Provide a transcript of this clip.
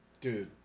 Dude